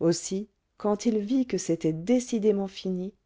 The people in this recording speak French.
aussi quand il vit que c'était décidément fini